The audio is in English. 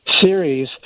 series